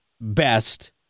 best